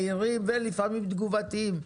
מהירים ולפעמים תגובתיים.